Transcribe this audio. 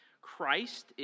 Christ